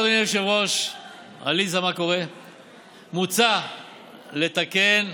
לצורך מימון המוצע בתזכיר זה,